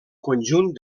conjunt